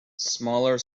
smaller